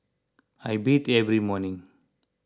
I bathe every morning